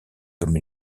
comme